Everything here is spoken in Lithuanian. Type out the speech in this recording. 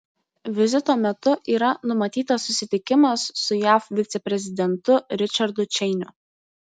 vizito metu yra numatytas susitikimas su jav viceprezidentu ričardu čeiniu